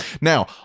Now